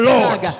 Lord